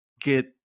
get